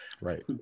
right